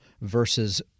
versus